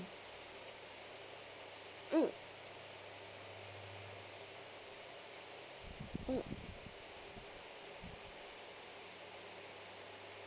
mm mm